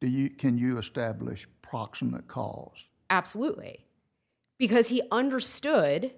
the can you establish approximate call absolutely because he understood